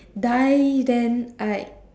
die then I like